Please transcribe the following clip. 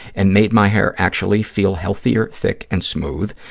and made my hair actually feel healthier, thick and smooth.